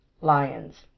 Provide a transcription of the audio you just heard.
lions